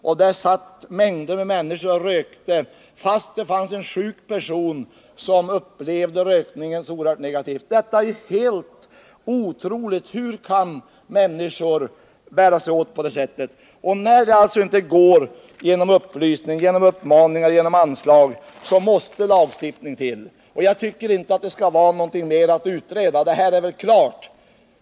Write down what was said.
Men det var mängder av människor som rökte trots att där fanns en sjuk person som upplevde rökningen oerhört negativt. Det är helt otroligt att människor kan bära sig åt på det sättet. När det inte går att åstadkomma bättring genom upplysning, uppmaningar och anslag, så måste det till lagstiftning. Jag tycker inte att det här finns någonting mer att utreda — den här saken är väl klar.